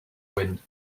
wind